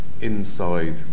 inside